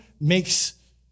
makes